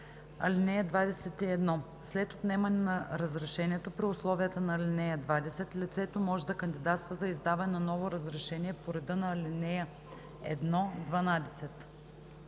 отнема. (21) След отнемане на разрешението при условията на ал. 20, лицето може да кандидатства за издаване на ново разрешение по реда на ал. 1 – 12.“